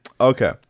Okay